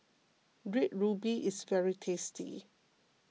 Red Ruby is very tasty